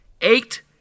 Eight